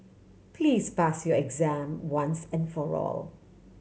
please pass your exam once and for all